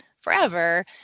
forever